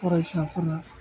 फरायसाफोरा